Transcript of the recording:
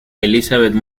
elizabeth